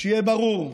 שיהיה ברור,